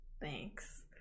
Thanks